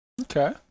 Okay